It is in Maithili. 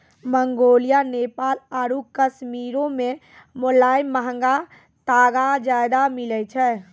मंगोलिया, नेपाल आरु कश्मीरो मे मोलायम महंगा तागा ज्यादा मिलै छै